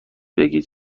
بگید